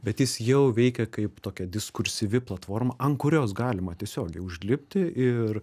bet jis jau veikia kaip tokia diskursyvi platforma ant kurios galima tiesiogiai užlipti ir